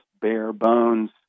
bare-bones